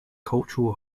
cultural